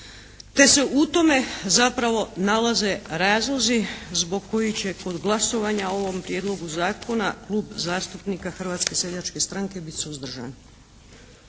te se u tome zapravo nalaze razlozi zbog kojih je kod glasovanja o ovom prijedlogu zakona Klub zastupnika Hrvatske seljačke stranke bit suzdržan.